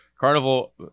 Carnival